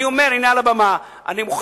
אני אומר, הנה, מעל הבמה, אני מוכן